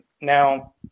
Now